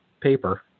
paper